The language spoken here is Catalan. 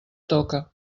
toca